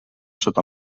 sota